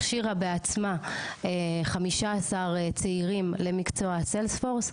הכשירה בעצמה 15 צעירים למקצוע ה- Salesforce,